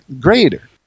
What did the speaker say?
greater